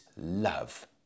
love